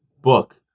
book